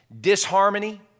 disharmony